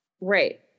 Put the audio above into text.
Right